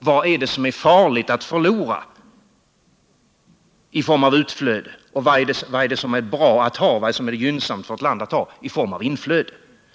Vad är det som är farligt att förlora i form av utflöde, och vad är det som är gynnsamt för ett land att ha i form av inflöde?